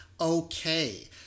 Okay